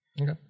Okay